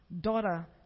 daughter